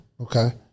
Okay